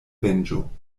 venĝo